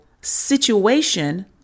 situation